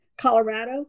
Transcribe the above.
Colorado